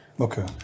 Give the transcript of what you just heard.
Okay